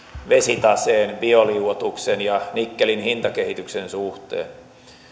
vesitaseen bioliuotuksen ja nikkelin hintakehityksen suhteen